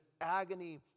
agony